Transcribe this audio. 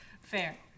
Fair